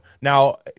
Now